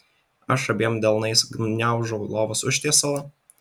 aš abiem delnais gniaužau lovos užtiesalą